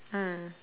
mm